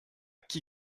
qui